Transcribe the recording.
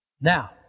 Now